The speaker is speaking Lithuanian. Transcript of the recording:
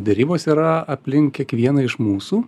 derybos yra aplink kiekvieną iš mūsų